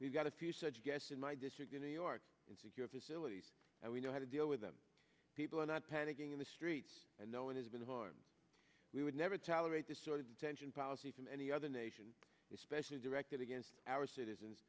we've got a few such guest in my district in new york and secure facilities and we know how to deal with them people are not panicking in the streets and no one has been harmed we would never tolerate this sort of detention policy from any other nation especially directed against our citizens